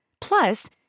Plus